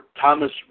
Thomas